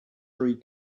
free